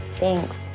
Thanks